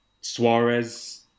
Suarez